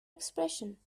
expression